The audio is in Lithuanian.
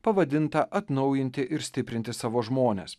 pavadintą atnaujinti ir stiprinti savo žmones